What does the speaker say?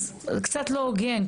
אז זה קצת לא הוגן,